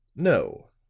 no,